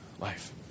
life